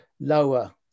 lower